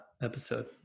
episode